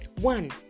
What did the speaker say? one